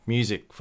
Music